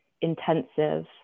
intensive